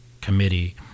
committee